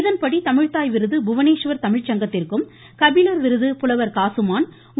இதன்படி தமிழ்த்தாய் விருது புவனேஸ்வர் தமிழ்ச்சங்கத்திற்கும் கபிலர் விருது புலவர் காசுமான் உ